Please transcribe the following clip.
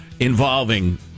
involving